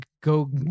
Go